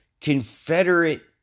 Confederate